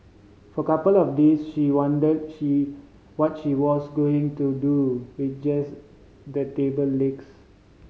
for a couple of days she wondered she watch was going to do with just the table legs